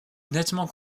nettement